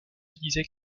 disait